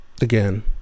again